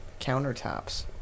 countertops